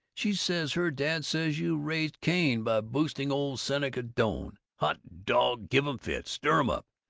she says her dad says you raised cain by boosting old seneca doane. hot dog! give em fits! stir em up!